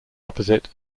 opposite